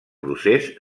procés